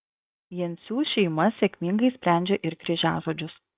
jencių šeima sėkmingai sprendžia ir kryžiažodžius